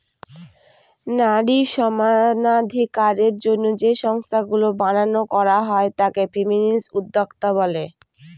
নারী সমানাধিকারের জন্য যে সংস্থাগুলা বানানো করা হয় তাকে ফেমিনিস্ট উদ্যোক্তা বলে